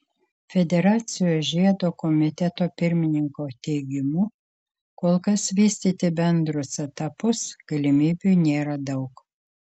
federacijos žiedo komiteto pirmininko teigimu kol kas vystyti bendrus etapus galimybių nėra daug